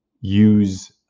use